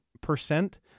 percent